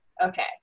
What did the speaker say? Okay